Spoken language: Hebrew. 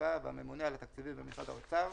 הסביבה והממונה על התקציבים במשרד האוצר,